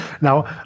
now